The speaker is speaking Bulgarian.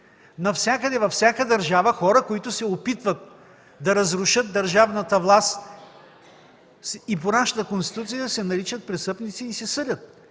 Навсякъде, във всяка държава, хора, които се опитват да разрушат държавната власт и по нашата Конституция се наричат „престъпници” и се съдят.